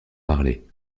parler